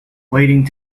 waiting